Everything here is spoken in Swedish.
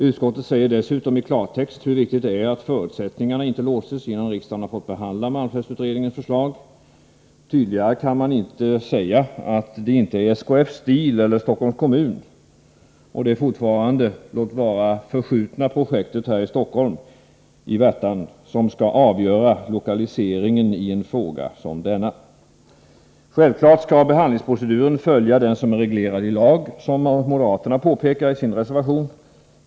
Utskottet understryker dessutom i klartext hur viktigt det är att förutsättningarna inte låses innan riksdagen har fått behandla malmfältsutredningens förslag. Tydligare kan man inte säga att det inte är vare sig SKF Steel eller Stockholms kommun — beträffande det fortfarande uppskjutna projektet i Värtan här i Stockholm — som skall avgöra lokaliseringen i en fråga som denna. Självfallet skall man när det gäller behandlingsproceduren följa vad som är reglerat i lagen, som moderaterna påpekar i sin reservation.